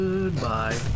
Goodbye